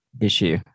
issue